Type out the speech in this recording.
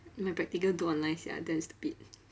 my practical do online sia damn stupid